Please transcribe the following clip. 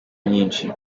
nyinshi